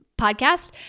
podcast